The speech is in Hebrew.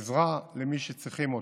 עזרה למי שצריכים אותה.